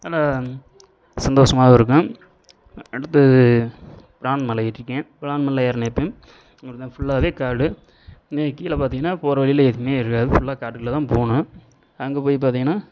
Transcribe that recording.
நல்லா சந்தோஷமாகவும் இருக்கும் அடுத்தது பிரான் மலை ஏறிருக்கேன் பிரான் மலை ஏறுன அப்பயும் உங்களுக்கு தான் ஃபுல்லாகவே காடு கீழே பார்த்தீங்கன்னா போகிற வழியில் எதுவுமே இருக்காது ஃபுல்லாக காட்டுக்குள்ளே தான் போகணும் அங்கே போய் பார்த்தீங்கன்னா